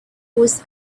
was